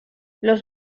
los